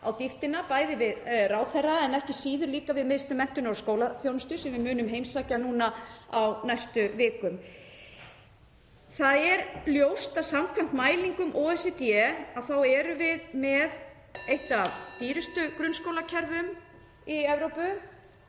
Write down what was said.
á dýptina, bæði við ráðherra en ekki síður við Miðstöð menntunar og skólaþjónustu sem við munum heimsækja á næstu vikum. Það er ljóst að samkvæmt mælingum OECD erum við með eitt af dýrustu grunnskólakerfum í Evrópu